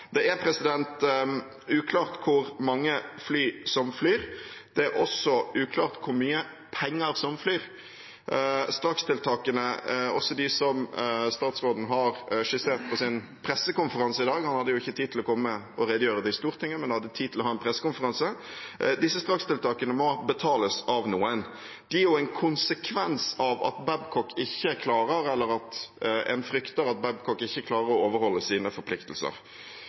Det er uklart hvor mange fly som flyr. Det er også uklart hvor mye penger som flyr. Strakstiltakene, også dem som statsråden har skissert på sin pressekonferanse i dag – han hadde jo ikke tid til å komme og redegjøre i Stortinget, men hadde tid til å ha en pressekonferanse – må betales av noen. De er en konsekvens av at Babcock ikke klarer, eller at en frykter at Babcock ikke klarer, å overholde sine forpliktelser.